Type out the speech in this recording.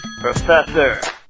Professor